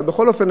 אבל בכל אופן,